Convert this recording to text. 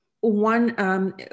one